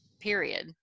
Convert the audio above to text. period